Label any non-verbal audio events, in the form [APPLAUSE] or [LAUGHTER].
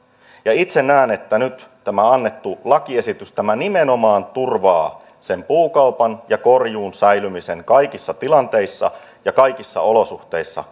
itse näen että tämä annettu lakiesitys nyt nimenomaan turvaa puukaupan ja korjuun säilymisen kaikissa tilanteissa ja kaikissa olosuhteissa [UNINTELLIGIBLE]